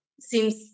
seems